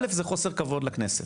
א' זה חוסר כבוד לכנסת,